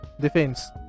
defense